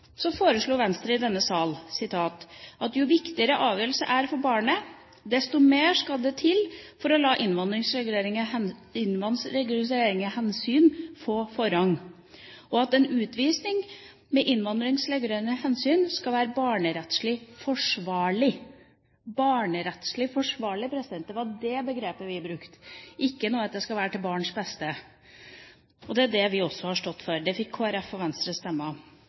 foreslo Venstre i denne salen: «Jo viktigere avgjørelsen er for barnet, desto mer skal det til for å la innvandringsregulerende hensyn få forrang. Et avslag på bakgrunn av innvandringsregulerende hensyn må være forsvarlig i et barnerettslig perspektiv.» «Forsvarlig i et barnerettslig perspektiv» var begrepet vi brukte, ikke noe om at det skal være til barns beste. Det er det vi har stått for. Det forslaget fikk Kristelig Folkepartis og Venstres